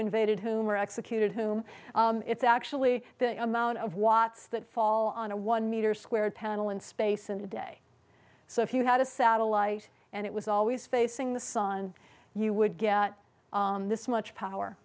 invaded whom or executed whom it's actually the amount of watts that fall on a one meter squared panel in space in a day so if you had a satellite and it was always facing the sun you would get this much power